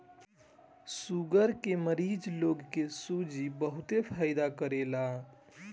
sugar के मरीज लोग के सूजी बहुते फायदा करेला